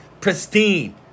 pristine